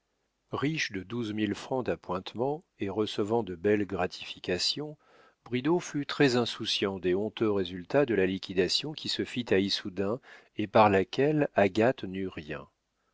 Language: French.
riche de douze mille francs d'appointements et recevant de belles gratifications bridau fut très insouciant des honteux résultats de la liquidation qui se fit à issoudun et par laquelle agathe n'eut rien